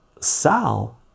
sal